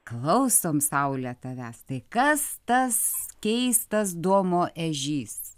klausom saule tavęs tai kas tas keistas domo ežys